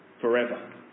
forever